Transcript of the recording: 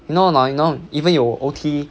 you know anot you know even 有 O_T